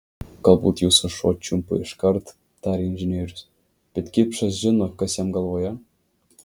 galbūt jūsų šuo čiumpa iškart tarė inžinierius bet kipšas žino kas jam galvoje